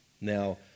Now